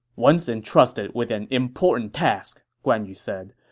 once entrusted with an important task, guan yu said,